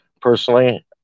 Personally